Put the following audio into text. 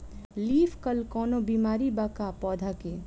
Leaf curl कौनो बीमारी बा का पौधा के?